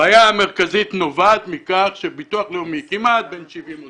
הבעיה המרכזית נובעת מכך שהביטוח הלאומי כמעט בן 70 והוא